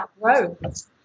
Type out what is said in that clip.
growth